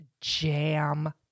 jam